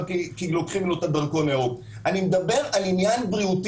כי לוקחים לו את הדרכון הירוק אלא אני מדבר על עניין בריאותי.